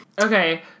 Okay